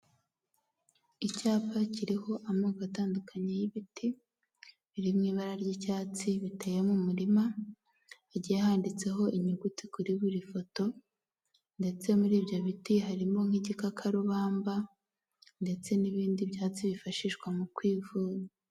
Icyapa kiriho amoko atandukanye y'ibiti biri mu ibara ry'icyatsi biteye mu murima, hagiye handitseho inyuguti kuri buri foto, ndetse muri ibyo biti harimo nk'igikakarubamba ndetse n'ibindi byatsi byifashishwa mu kwivuza.